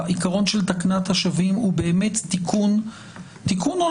העיקרון של תקנת השבים הוא באמת תיקון עולם.